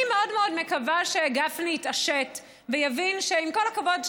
אני מאוד מאוד מקווה שגפני יתעשת ויבין שעם כל הכבוד,